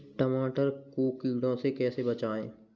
टमाटर को कीड़ों से कैसे बचाएँ?